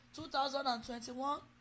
2021